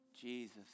Jesus